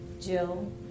Jill